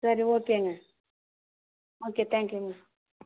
சரி ஓகேங்க okay thank யூங்க